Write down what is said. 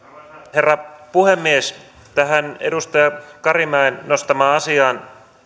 herra puhemies edustaja karimäen nostamaa asiaa